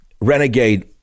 Renegade